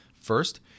First